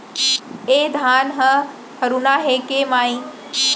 ए धान ह हरूना हे के माई?